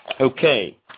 Okay